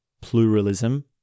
pluralism